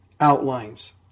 outlines